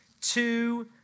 two